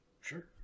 Sure